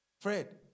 Fred